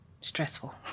Stressful